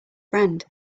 friend